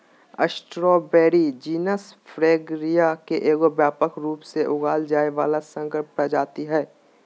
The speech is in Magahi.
स्ट्रॉबेरी जीनस फ्रैगरिया के एगो व्यापक रूप से उगाल जाय वला संकर प्रजाति हइ